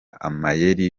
amayeri